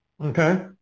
Okay